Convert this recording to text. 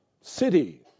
city